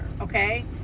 Okay